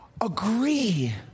agree